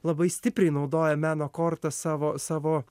labai stipriai naudoja meno kortą savo savo